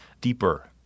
deeper